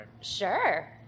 Sure